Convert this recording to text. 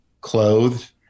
clothed